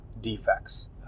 defects